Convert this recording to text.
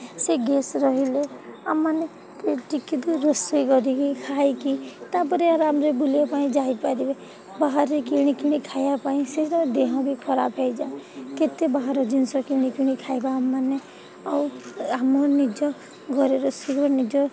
ସେ ଗ୍ୟାସ୍ ରହିଲେ ଆମେମାନେ ଟିକିଏ ବି ରୋଷେଇ କରିକି ଖାଇକି ତା'ପରେ ଆରାମରେ ବୁଲିବା ପାଇଁ ଯାଇପାରିବେ ବାହାରେ କିଣିକିଣି ଖାଇବା ପାଇଁ ସେ ଦେହ ବି ଖରାପ ହୋଇଯାଏ କେତେ ବାହାର ଜିନିଷ କିଣିକିଣି ଖାଇବା ଆମେମାନେ ଆଉ ଆମ ନିଜ ଘରେ ରୋଷେଇ କରି ନିଜ